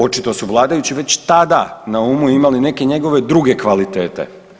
Očito su vladajući već tada na umu imali neke njegove druge kvalitete.